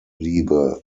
liebe